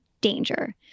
danger